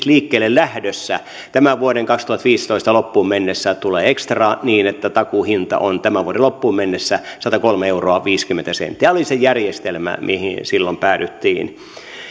liikkeellelähdössä tämän vuoden kaksituhattaviisitoista loppuun mennessä tulee ekstraa niin että takuuhinta on tämän vuoden loppuun mennessä satakolme euroa viisikymmentä senttiä tämä oli se järjestelmä mihin silloin päädyttiin